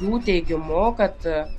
jų teigimu kad